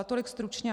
Tolik stručně.